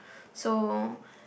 so